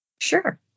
Sure